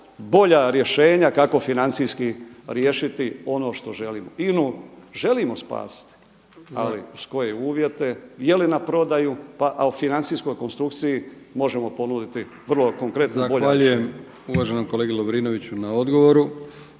bolja rešenja kako financijski riješiti ono što želimo. INA-u želimo spasiti ali uz koje uvjete. Jeli na prodaju, a u financijskoj konstrukciji možemo ponuditi vrlo konkretno i bolje rješenje.